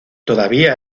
todavía